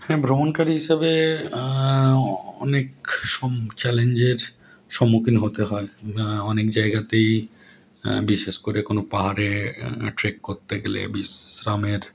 হ্যাঁ ভ্রমণকারী হিসেবে অনেক চ্যালেঞ্জের সম্মুখীন হতে হয় অনেক জায়গাতেই বিশেষ করে কোনো পাহাড়ে ট্রেক করতে গেলে বিশ্রামের